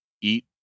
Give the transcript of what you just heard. Eat